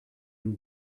your